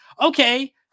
okay